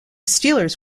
steelers